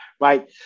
right